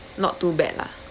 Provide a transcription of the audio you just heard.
not too bad lah